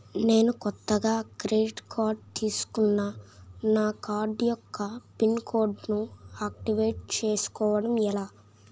నేను కొత్తగా credit card తిస్కున్నా నా కార్డ్ యెక్క పిన్ కోడ్ ను ఆక్టివేట్ చేసుకోవటం ఎలా?